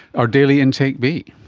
our daily intake be?